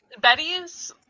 Betty's